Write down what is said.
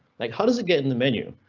like how does it get in the menu?